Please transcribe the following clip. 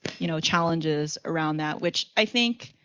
you know, challenges around that which i think